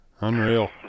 Unreal